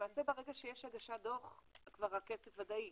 למעשה ברגע שיש הגשת דוח כבר הכסף ודאי,